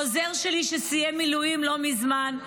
העוזר שלי, שסיים מילואים לא מזמן,